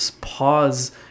pause